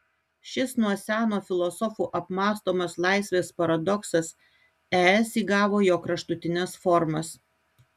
šis nuo seno filosofų apmąstomas laisvės paradoksas es įgavo jo kraštutines formas